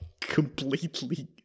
completely